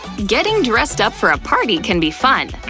getting dressed up for a party can be fun.